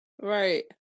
Right